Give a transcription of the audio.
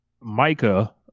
Micah